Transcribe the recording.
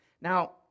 Now